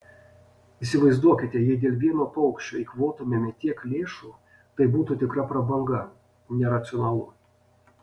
įsivaizduokite jei dėl vieno paukščio eikvotumėme tiek lėšų tai būtų tikra prabanga neracionalu